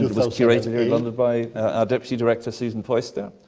you know curated in london by our deputy director, susan foister,